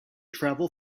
travel